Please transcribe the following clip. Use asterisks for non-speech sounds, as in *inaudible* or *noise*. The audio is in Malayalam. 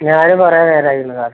ഞാനും കുറേ നേരമായി *unintelligible*